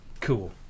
Cool